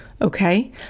okay